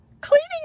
cleaning